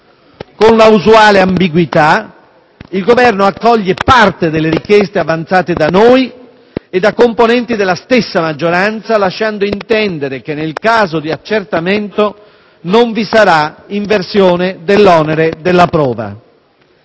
Con la usuale ambiguità, il Governo accoglie parte delle richieste avanzate da noi e da componenti della stessa maggioranza, lasciando intendere che nel caso di accertamento non vi sarà inversione dell'onere della prova.